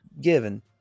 given